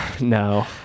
No